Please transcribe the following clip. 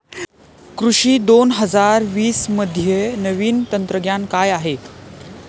कृषी दोन हजार वीसमध्ये नवीन तंत्रज्ञान काय आहे?